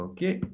Okay